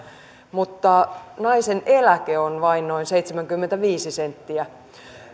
mutta naisen eläke euro on vain noin seitsemänkymmentäviisi senttiä